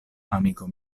amiko